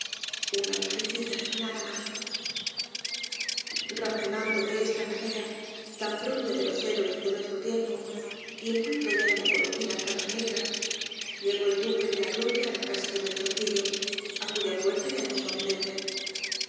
una mariquita y nada más razonando de esta manera tan propia de los héroes de nuestro tiempo y envuelto en la ya conocida capa rosalía de castro negra llegó el duque de la gloria á la casa de melchorcillo á cuya puerta llamó suavemente